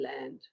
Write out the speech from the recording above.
land